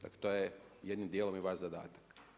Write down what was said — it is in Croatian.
Dakle to je jednim dijelom i vaš zadatak.